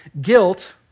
Guilt